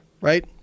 right